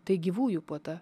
tai gyvųjų puota